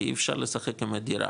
כי אי אפשר לשחק עם הדירה,